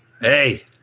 Hey